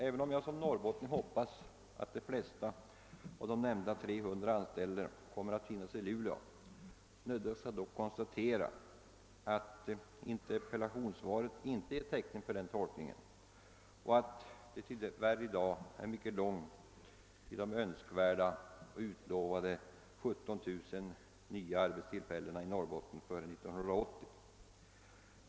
Även om jag som norrbottning hoppas att de flesta av de nämnda 300 anställda kommer att finnas 1 Luleå, nödgas jag dock konstatera ati interpellationssvaret inte ger täckning för denna tolkning och att det tyvärr i dag är mycket långt till de önskvärda och utlovade 17 000 nya arbetstillfällena i Norrbotten före 1980.